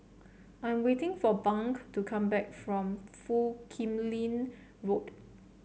I'm waiting for Bunk to come back from Foo Kim Lin Road